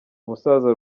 umusaza